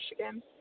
michigan